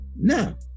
Now